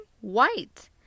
white